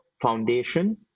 foundation